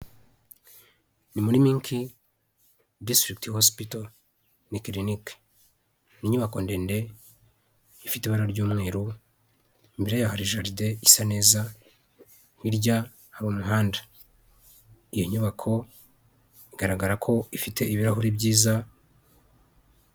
Ni muri minki disitirikiti hosipito, ni kilinici. Ni inyubako ndende ifite ibabara ry'umweru, imbere yayo hari jaride isa neza. Hirya hari umuhanda, iyi nyubako igaragara ko ifite ibirahuri byiza.